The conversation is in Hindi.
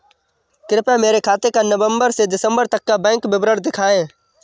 कृपया मेरे खाते का नवम्बर से दिसम्बर तक का बैंक विवरण दिखाएं?